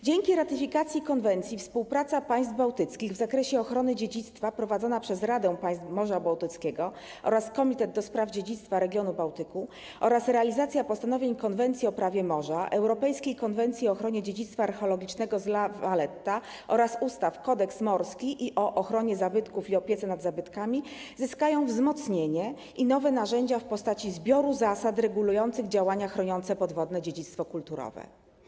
Dzięki ratyfikacji konwencji współpraca państw bałtyckich w zakresie ochrony dziedzictwa prowadzona przez Radę Państw Morza Bałtyckiego oraz komitet do spraw dziedzictwa regionu Bałtyku oraz realizacja postanowień konwencji o prawie morza, Europejskiej Konwencji o ochronie dziedzictwa archeologicznego z La Valetta oraz ustaw: kodeks morski i o ochronie zabytków i opiece nad zabytkami, zyskają wzmocnienie i nowe narzędzia w postaci zbioru zasad regulujących działania chroniące podwodne dziedzictwo kulturowe.